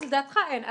אז לדעתך אין.